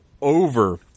over